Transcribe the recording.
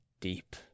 deep